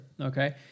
okay